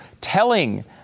telling